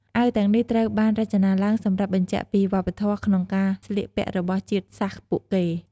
អាវទាំងនេះត្រូវបានរចនាឡើងសម្រាប់បញ្ជាក់ពីវប្បធម៌ក្នុងការស្លៀកពាក់របស់ជាតិសាសន៍ពួកគេ។